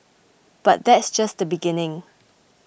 but that's just the beginning